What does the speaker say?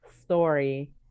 story